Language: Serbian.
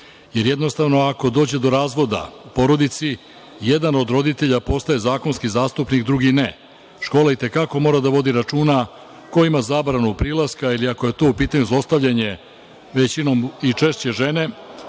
jer jednostavno, ako dođe do razvoda u porodici jedan od roditelja postaje zakonski zastupnik, a drugi ne. Škola i te kako mora da vodi računa ko ima zabranu prilaska ili ako je u pitanju zlostavljanje, većinom i češće žene,